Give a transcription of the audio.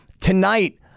Tonight